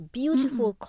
beautiful